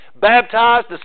baptized